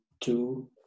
two